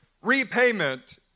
repayment